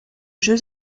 jeux